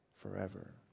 forever